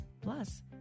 Plus